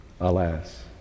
Alas